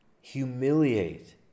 humiliate